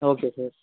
okay sir